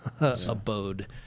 abode